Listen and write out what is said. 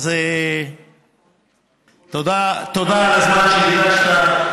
אז תודה על הזמן שהקדשת.